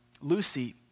Lucy